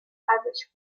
average